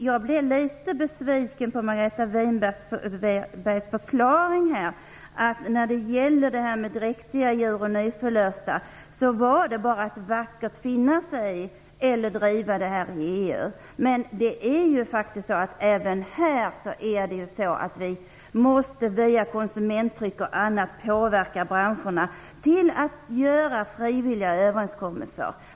Jag blev litet besviken när Margareta Winberg sade att när det gäller dräktiga och nyförlösta djur kan vi bara vackert finna oss i förhållandena eller driva frågan i EU. Det är ju faktiskt så att vi även här via konsumentpåtryckningar m.m. måste påverka branscherna till frivilliga överenskommelser.